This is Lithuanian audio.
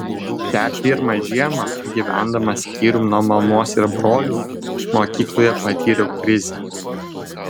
šią pirmą žiemą gyvendamas skyrium nuo mamos ir brolių mokykloje patyriau krizę